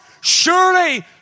Surely